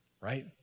right